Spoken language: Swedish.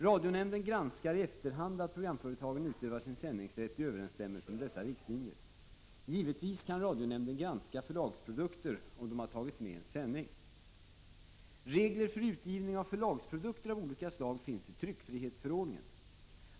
Radionämnden granskar i efterhand att programföretagen utövar sin sändningsrätt i överensstämmelse med dessa riktlinjer. Givetvis kan radionämnden granska förlagsprodukter om de har tagits med i en sändning. Regler för utgivning av förlagsprodukter av olika slag finns i tryckfrihetsförordningen.